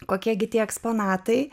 kokie gi tie eksponatai